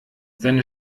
seine